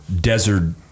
Desert